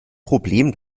problem